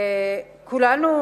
כולנו,